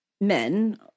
men